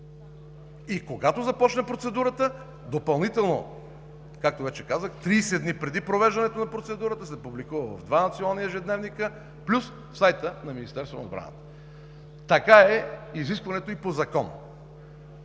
И когато започне процедурата, както вече казах – 30 дни преди провеждането на процедурата, допълнително се публикува в два национални ежедневника, плюс на сайта на Министерството на отбраната. Такова е изискването по закон.